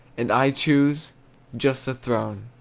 and i choose just a throne.